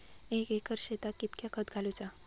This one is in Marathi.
एक एकर शेताक कीतक्या खत घालूचा?